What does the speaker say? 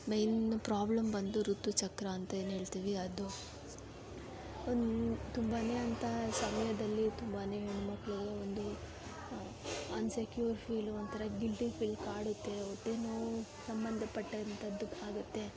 main problem ಬಂದು ಋತುಚಕ್ರ ಅಂತ ಏನು ಹೇಳ್ತೀವಿ ಅದು ಒಂದು ತುಂಬಾ ಅಂಥಾ ಸಮಯದಲ್ಲಿ ತುಂಬಾ ಹೆಣ್ಣು ಮಕ್ಕಳಿಗೆ ಒಂದು ಅನ್ಸೆಕ್ಯೂರ್ ಫೀಲು ಒಂಥರ ಗಿಲ್ಟಿ ಫೀಲ್ ಕಾಡುತ್ತೆ ಹೊಟ್ಟೆನೋವು ಸಂಬಂಧಪಟ್ಟಂಥದ್ದು ಆಗುತ್ತೆ